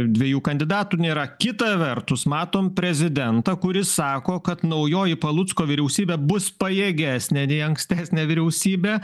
dviejų kandidatų nėra kita vertus matom prezidentą kuris sako kad naujoji palucko vyriausybė bus pajėgesnė nei ankstesnė vyriausybė